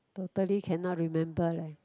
totally cannot remember leh